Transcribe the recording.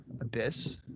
Abyss